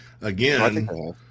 again